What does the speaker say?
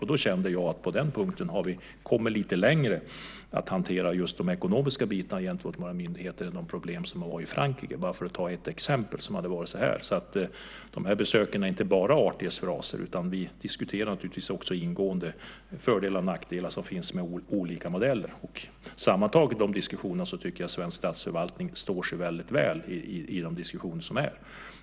Jag kände då att vi på den punkten kommit lite längre, alltså när det gäller att hantera de ekonomiska bitarna gentemot våra myndigheter, just med tanke på de problem som de har i Frankrike. De besöken är alltså inte bara artighetsvisiter, utan vi för naturligtvis ingående diskussioner om de fördelar och nackdelar som finns med olika modeller. Sammantaget tycker jag att svensk statsförvaltning står sig mycket väl i de diskussionerna.